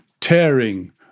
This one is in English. tearing